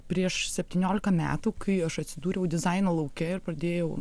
prieš septyniolika metų kai aš atsidūriau dizaino lauke ir pradėjau